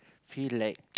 feel like